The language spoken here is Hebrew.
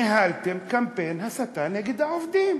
ניהלתם קמפיין הסתה נגד העובדים.